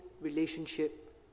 relationship